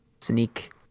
sneak